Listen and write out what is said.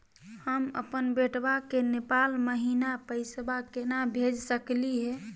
हम अपन बेटवा के नेपाल महिना पैसवा केना भेज सकली हे?